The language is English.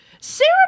Sarah